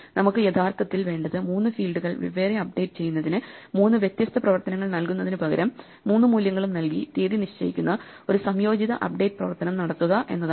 നമുക്ക് യഥാർത്ഥത്തിൽ വേണ്ടത് മൂന്ന് ഫീൽഡുകൾ വെവ്വേറെ അപ്ഡേറ്റ് ചെയ്യുന്നതിന് മൂന്ന് വ്യത്യസ്ത പ്രവർത്തനങ്ങൾ നൽകുന്നതിന് പകരം മൂന്ന് മൂല്യങ്ങളും നൽകി തീയതി നിശ്ചയിക്കുന്ന ഒരു സംയോജിത അപ്ഡേറ്റ് പ്രവർത്തനം നടത്തുക എന്നതാണ്